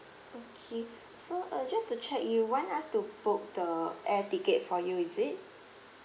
okay so uh just to check you want us to book the air ticket for you is it